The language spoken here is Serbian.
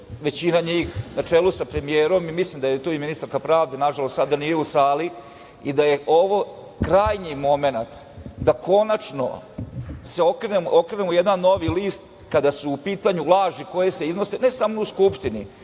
većina njih, na čelu sa premijerom, mislim da je tu i ministarka pravde, nažalost sada nije u sali, i da je ovo krajnji momenat da konačno okrenemo jedan novi list kada su u pitanju laži koje se iznose, ne samo u Skupštini. Meni